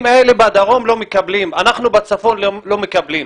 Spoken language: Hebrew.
אם אלה בדרום לא מקבלים, אנחנו בצפון לא מקבלים,